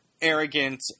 arrogant